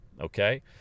Okay